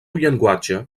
llenguatge